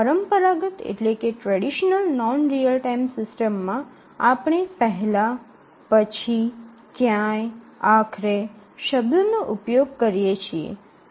પરંપરાગત non real time સિસ્ટમમાં આપણે પહેલાં પછી ક્યાંક આખરે શબ્દોનો ઉપયોગ કરીએ છીએ